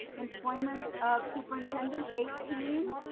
employment of superintendent, eighteen.